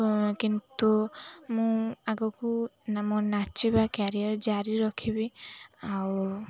କିନ୍ତୁ ମୁଁ ଆଗକୁ ମୋ ନାଚିବା କ୍ୟାରିୟର୍ ଜାରି ରଖିବି ଆଉ